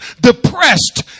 depressed